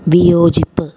വിയോജിപ്പ്